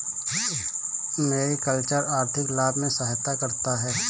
mariculture आर्थिक लाभ में सहायता करता है